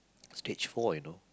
stage four you know